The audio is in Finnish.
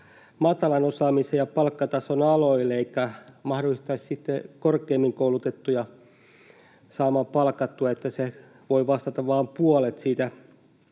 matalan osaamisen ja palkkatason aloille eikä mahdollistaisi sitten korkeammin koulutettujen palkkaamista, joilla se voi vastata vain puolta siitä